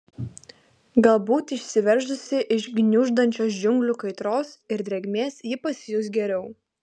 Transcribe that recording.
galbūt išsiveržusi iš gniuždančios džiunglių kaitros ir drėgmės ji pasijus geriau